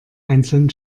einzelnen